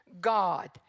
God